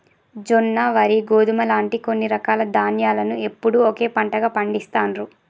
జొన్న, వరి, గోధుమ లాంటి కొన్ని రకాల ధాన్యాలను ఎప్పుడూ ఒకే పంటగా పండిస్తాండ్రు